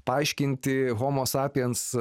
paaiškinti homo sapiens